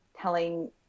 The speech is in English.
telling